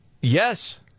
Yes